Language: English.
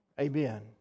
Amen